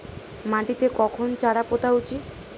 মাটিতে কখন চারা পোতা উচিৎ?